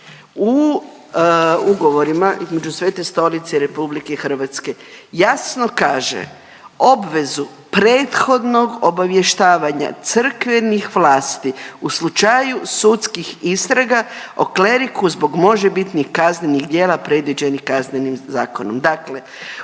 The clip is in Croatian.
u ugovorima između Svete Stolice i RH jasno kaže obvezu prethodnog obavještavanja crkvenih vlasti u slučaju sudskih istraga o kleriku zbog možebitnih kaznenih djela predviđenih Kaznenim zakonom.